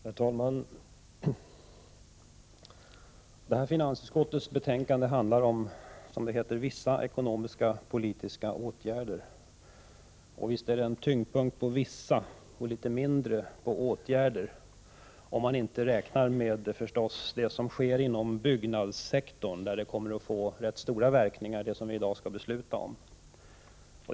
Herr talman! Finansutskottets betänkande handlar om vissa ekonomiskpolitiska åtgärder. Visst är det en tyngdpunkt på ”vissa”. Det är mindre av ”åtgärder”, dvs. om man inte räknar åtgärderna inom byggnadssektorn som vi kommer att fatta beslut om i dag. De kommer att få stora verkningar.